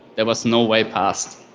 there was no way past.